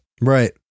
Right